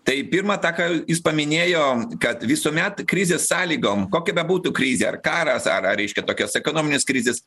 tai pirma tą ką jis paminėjo kad visuomet krizės sąlygom kokia bebūtų krizė ar karas ar ar reiškia tokios ekonominės krizės